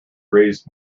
raised